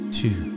two